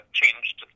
changed